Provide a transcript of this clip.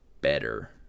better